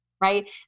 right